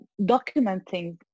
documenting